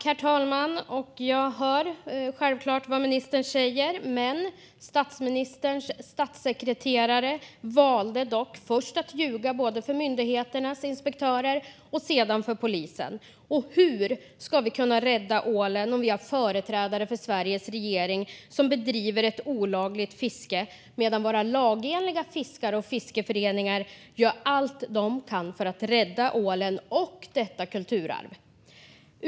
Herr talman! Jag hör självklart vad ministern säger. Statsministerns statssekreterare valde dock att ljuga, först för myndigheternas inspektörer och sedan för polisen. Hur ska vi kunna rädda ålen om vi har företrädare för Sveriges regering som bedriver olagligt fiske medan våra laglydiga fiskare och fiskeföreningar gör allt de kan för att rädda ålen och detta kulturarv?